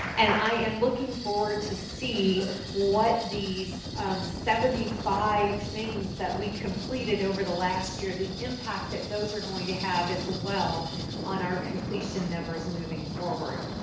and i am looking forward to see what these seventy five things that we completed over the last year, the impact that those are going to have as well on our completion numbers moving forward.